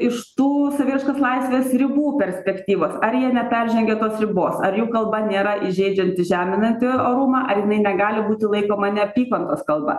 iš tų saviraiškos laisvės ribų perspektyvos ar jie neperžengia tos ribos ar jų kalba nėra įžeidžiantį žeminantį orumą ar jinai negali būti laikoma neapykantos kalba